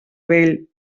vell